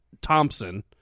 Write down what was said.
thompson